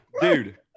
dude